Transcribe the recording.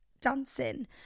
dancing